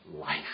life